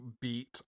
beat